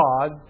God